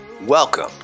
welcome